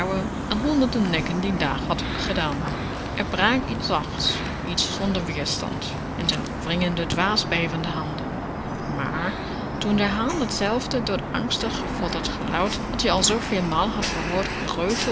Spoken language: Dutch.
aan honderden nekken dien dag had gedaan r brak iets zachts iets zonder weerstand in z'n wringende dwaas bevende handen maar toen de haan datzelfde doodsangstig gefolterd geluid dat-ie al zooveel maal had gehoord